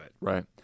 Right